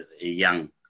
young